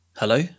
Hello